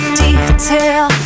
detail